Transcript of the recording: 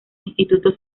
instituto